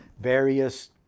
various